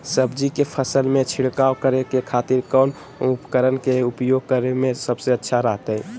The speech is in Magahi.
सब्जी के फसल में छिड़काव करे के खातिर कौन उपकरण के उपयोग करें में सबसे अच्छा रहतय?